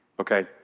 okay